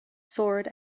sword